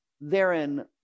therein